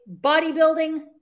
bodybuilding